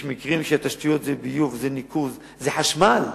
יש מקרים שתשתיות זה ביוב, זה ניקוז, זה חשמל.